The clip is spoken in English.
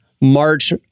March